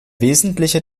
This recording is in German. wesentliche